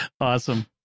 Awesome